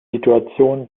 situation